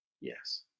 Yes